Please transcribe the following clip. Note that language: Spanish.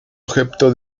objeto